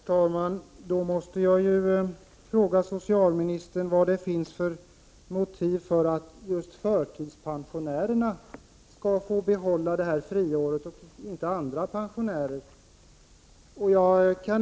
Herr talman! Då måste jag fråga socialministern vilka motiven är för att just förtidspensionärerna skall få behålla friåret och inte andra pensionärer.